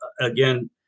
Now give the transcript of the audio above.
again